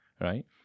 right